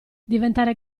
diventare